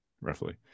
roughly